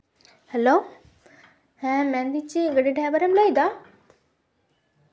hello ᱦᱮᱸ ᱢᱮᱱᱫᱤᱧ ᱪᱮᱫ ᱜᱟᱹᱰᱤ ᱰᱟᱭᱵᱷᱟᱨᱮᱢ ᱞᱟᱹᱭᱫᱟ